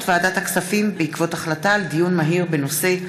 ועדת הכספים בעקבות דיון מהיר בנושא: